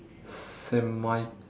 saint mi~